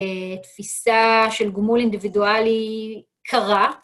תפיסה של גמול אינדיבידואלי קרה.